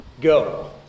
go